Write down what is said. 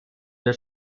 der